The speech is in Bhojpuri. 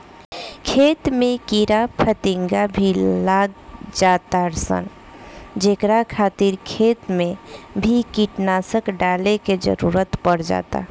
खेत में कीड़ा फतिंगा भी लाग जातार सन जेकरा खातिर खेत मे भी कीटनाशक डाले के जरुरत पड़ जाता